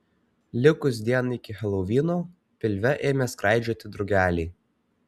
likus dienai iki helovino pilve ėmė skraidžioti drugeliai